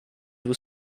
were